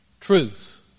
Truth